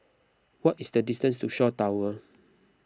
what is the distance to Shaw Towers